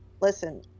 listen